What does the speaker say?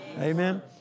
Amen